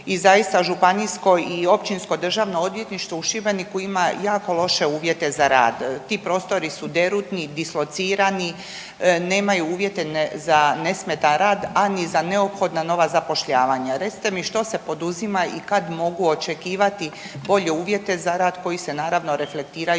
i zaista županijsko i općinsko državno odvjetništvo u Šibeniku ima jako loše uvjete za rad. Ti prostori su derutni, dislocirani, nemaju uvjete za nesmetan rad a ni za neophodna nova zapošljavanja. Recite mi što se poduzima i kad mogu očekivati bolje uvjete za rad koji se naravno reflektiraju